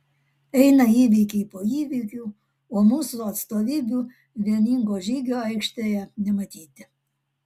eina įvykiai po įvykių o mūsų atstovybių vieningo žygio aikštėje nematyti